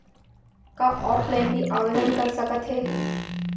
का ऑफलाइन भी आवदेन कर सकत हे?